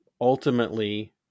ultimately